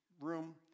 room